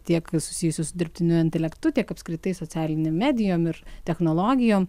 tiek susijusių su dirbtiniu intelektu tiek apskritai socialinėm medijom ir technologijom